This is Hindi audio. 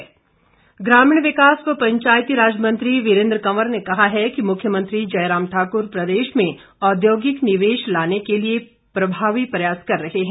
वीरेंद्र कंवर ग्रामीण विकास व पंचायतीराज मंत्री वीरेंद्र कंवर ने कहा है कि मुख्यमंत्री जयराम ठाकुर प्रदेश में औद्योगिक निवेश लाने के लिए प्रभावी प्रयास कर रहे हैं